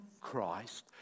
Christ